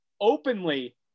openly